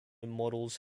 models